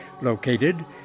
located